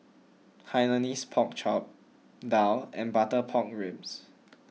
Hainanese Pork Chop Daal and Butter Pork Ribs